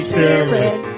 Spirit